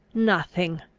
nothing,